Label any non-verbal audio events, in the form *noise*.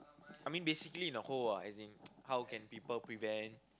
I mean basically in a whole ah as in *noise* how can people prevent